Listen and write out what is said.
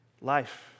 life